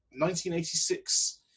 1986